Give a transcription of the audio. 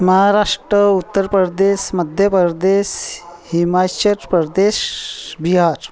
Maharashtra Uttar Pradesh Madhya Pradesh Himachal Pradesh Bihar